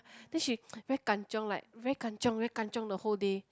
then she very kanchiong like very kanchiong very kanchiong the whole day